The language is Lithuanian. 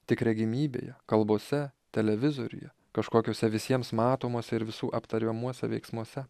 tik regimybėje kalbose televizoriuje kažkokiose visiems matomose ir visų aptariamuose veiksmuose